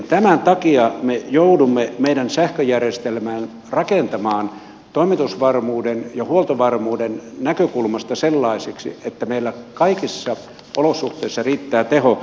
tämän takia me joudumme meidän sähköjärjestelmän rakentamaan toimitusvarmuuden ja huoltovarmuuden näkökulmasta sellaiseksi että meillä kaikissa olosuhteissa riittää teho